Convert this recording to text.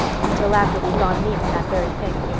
until after we've gone and eaten that very thing.